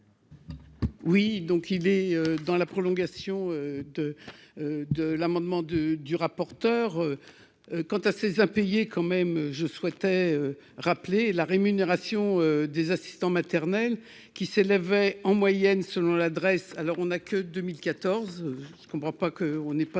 Oui, donc il est dans la prolongation de de l'amendement de du rapporteur quant à ses à payer quand même, je souhaitais rappeler la rémunération des assistants maternels qui s'élevaient en moyenne selon l'adresse alors on n'a que 2014, je ne comprends pas qu'on ait pas